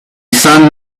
sun